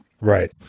Right